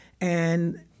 and-